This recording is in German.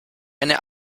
eine